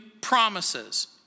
promises